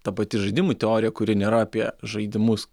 ta pati žaidimų teorija kuri nėra apie žaidimus